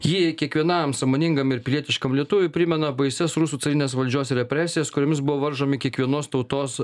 ji kiekvienam sąmoningam ir pilietiškam lietuviui primena baisias rusų carinės valdžios represijas kuriomis buvo varžomi kiekvienos tautos